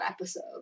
episode